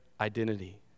identity